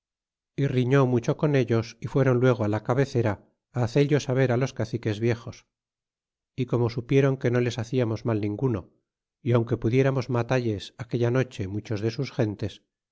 y riñó mucho con ellos y fuéron luego á la cabecera á hacello saber á los caciques viejos y como supiéron que no les haciamos mal ninguno y aunque pudiéramos matalles aquella noche muchos de sus gentes